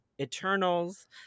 Eternals